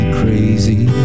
crazy